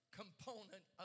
component